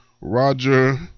Roger